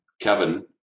Kevin